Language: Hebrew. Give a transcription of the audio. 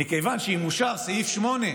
מכיוון שאם אושר סעיף 8,